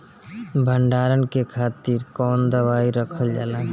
भंडारन के खातीर कौन दवाई रखल जाला?